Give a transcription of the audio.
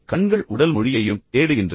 சொற்களற்ற உடல் மொழியையும் கண்கள் தேடுகின்றன